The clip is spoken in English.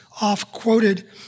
off-quoted